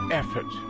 effort